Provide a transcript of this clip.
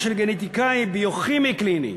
ולגנטיקאי ביוכימי-קליני,